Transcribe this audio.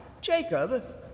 Jacob